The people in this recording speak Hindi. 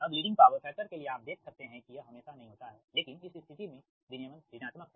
अब लीडिंग पावर फैक्टर के लिए आप देख सकते हैं कि यह हमेशा नहीं होता है लेकिन इस स्थिति में विनियमन ऋणात्मक है